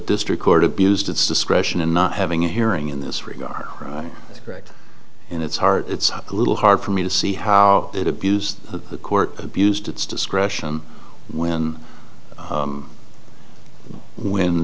district court abused its discretion in not having a hearing in this regard correct and it's hard it's a little hard for me to see how it abused the court abused its discretion when when